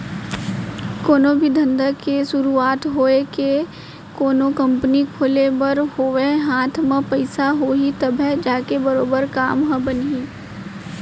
कोनो भी धंधा के सुरूवात होवय के कोनो कंपनी खोले बर होवय हाथ म पइसा होही तभे जाके बरोबर काम ह बनही